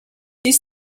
this